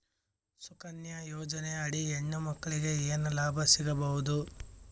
ಸುಕನ್ಯಾ ಯೋಜನೆ ಅಡಿ ಹೆಣ್ಣು ಮಕ್ಕಳಿಗೆ ಏನ ಲಾಭ ಸಿಗಬಹುದು?